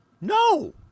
No